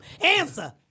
Answer